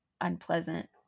unpleasant